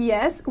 Yes